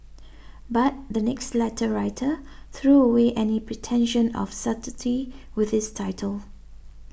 but the next letter writer threw away any pretension of subtlety with this title